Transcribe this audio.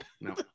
no